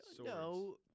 No